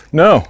no